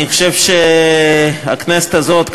אני חושב שהכנסת הזאת,